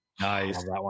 Nice